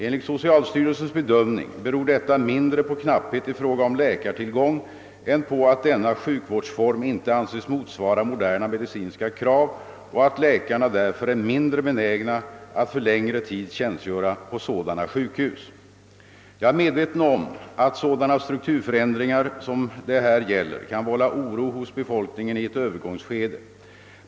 Enligt socialstyrelsens bedömning beror detta mindre på knapphet i fråga om läkartillgång än på att denna sjukvårdsform inte anses motsvara moderna medicinska krav och att läkarna därför är mindre benägna att för längre tid tjänstgöra på sådana sjukhus. Jag är medveten om att sådana strukturförändringar som det här gäller kan vålla oro hos befolkningen i ett övergångsskede.